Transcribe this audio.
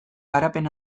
garapen